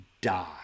die